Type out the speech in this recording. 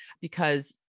because-